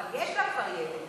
אבל כבר יש לה ילד.